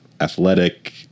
athletic